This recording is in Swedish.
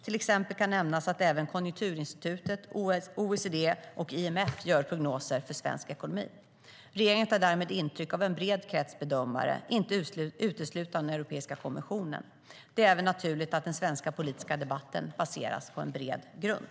Till exempel kan nämnas att även Konjunkturinstitutet, OECD och IMF gör prognoser för svensk ekonomi. Regeringen tar därmed intryck av en bred krets av bedömare, inte uteslutande av Europeiska kommissionen. Det är även naturligt att den svenska politiska debatten baseras på bred grund.